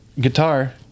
guitar